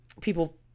people